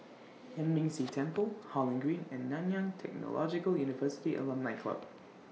Yuan Ming Si Temple Holland Green and Nanyang Technological University Alumni Club